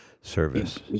service